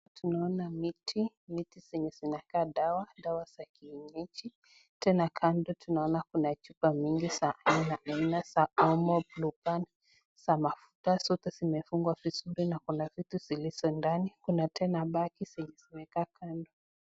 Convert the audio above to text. Tunaona miti, miti zenye zinakaa dawa, dawa za kienyeji. Tena kando tunaona kuna vifaa nyingi sana aina za omo, blueband ,za mafuta zote zimefungwa vizuri na kuna vitu zilizo ndani kuna tena bagi zime...